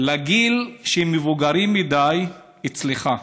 לגיל שהם מבוגרים מדי אצלך,